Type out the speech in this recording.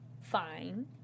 fine